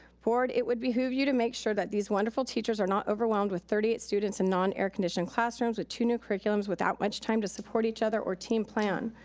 board, it would behoove you to make sure that these wonderful teachers are not overwhelmed with thirty students in non-air conditioned classrooms with two new curriculums without much time to support each other or team plan.